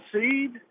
seed